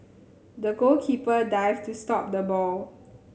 the goalkeeper dived to stop the ball